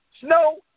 Snow